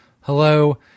Hello